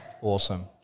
Awesome